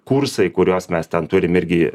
kursai kuriuos mes ten turim irgi